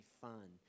fun